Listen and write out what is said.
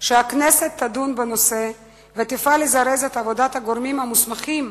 שהכנסת תדון בנושא ותפעל לזרז את עבודת הגורמים המוסמכים,